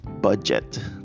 budget